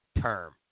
term